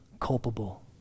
culpable